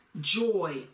joy